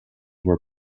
were